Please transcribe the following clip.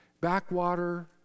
backwater